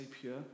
pure